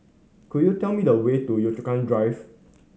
could you tell me the way to Yio Chu Kang Drive